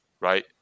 right